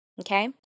Okay